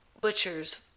butchers